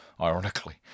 ironically